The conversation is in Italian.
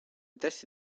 testi